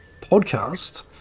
podcast